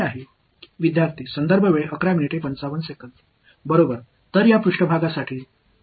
எனவே இந்த மேற்பரப்புக்கு இது மற்றும் இந்த மேற்பரப்பில் இயல்பானது பின்பக்க திசையில் சுட்டிக்காட்டப்படுகிறது